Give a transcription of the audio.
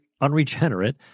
unregenerate